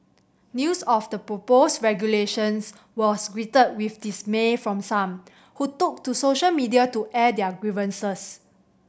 news of the proposed regulations was greeted with dismay from some who took to social media to air their grievances